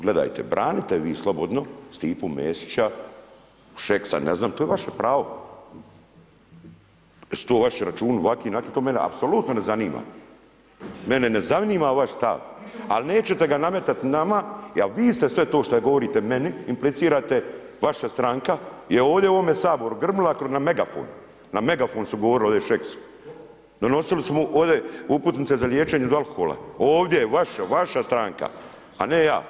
Gledajte, branite vi slobodno Stipu Mesića, Šeksa, ne znam, to je vaše pravo, jesu to vaši računi ovakvi, onakvi, to mene apsolutno ne zanima, mene ne zanima vaš stav, ali nećete ga nametat nama, a vi ste sve to šta govorite meni, implicirate, vaša stranka je ovdje u ovom Saboru grmila na megafon, na megafon su govorili ovdje Šeks, donosili su mu ovdje uputnice za liječenje od alkohola, ovdje, vaša stranka a ne ja.